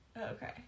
Okay